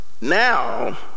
now